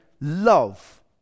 love